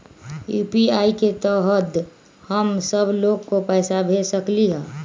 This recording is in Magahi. यू.पी.आई के तहद हम सब लोग को पैसा भेज सकली ह?